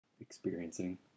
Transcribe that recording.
experiencing